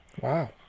Wow